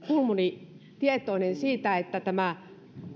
kulmuni tietoinen siitä että tämä